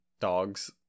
dogs